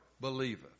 believeth